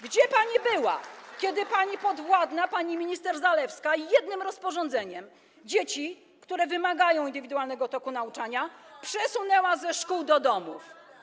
Gdzie pani była, kiedy pani podwładna minister Zalewska jednym rozporządzeniem dzieci, które wymagają indywidualnego toku nauczania, przesunęła ze szkół do domów.